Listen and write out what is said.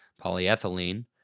polyethylene